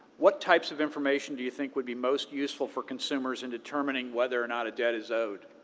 what types of information do you think would be most useful for consumers in determining whether or not a debt is owed?